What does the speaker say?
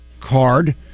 card